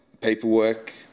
paperwork